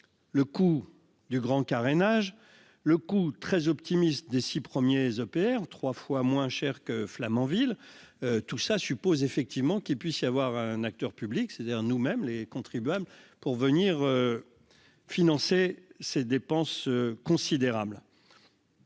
Le coût du grand carénage le coût très optimiste des 6 premiers EPR 3 fois moins cher que Flamanville. Tout ça suppose effectivement qu'il puisse y avoir un acteur public c'est-à-dire nous-mêmes les contribuables pour venir. Financer ces dépenses considérables.